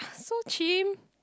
so cheem